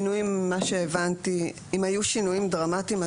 אם היו שינויים דרמטיים,